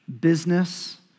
business